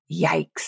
Yikes